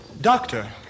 Doctor